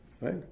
right